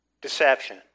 deception